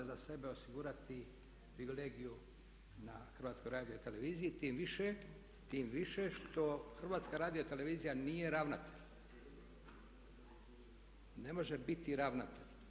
za sebe osigurati privilegiju na HRT-u tim više što HRT nije ravnatelj, ne može biti ravnatelj.